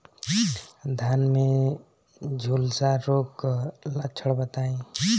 धान में झुलसा रोग क लक्षण बताई?